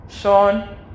Sean